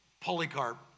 Polycarp